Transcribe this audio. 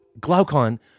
Glaucon